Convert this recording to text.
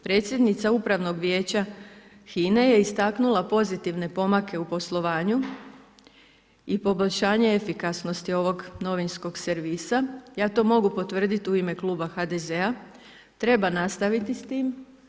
Predsjednica upravnog Vijeća HINA-e je istaknula pozitivne pomake u poslovanju i poboljšanje efikasnosti ovog novinskog servisa, ja to mogu potvrditi u ime kluba HDZ-a, treba nastaviti s time.